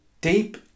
deep